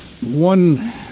one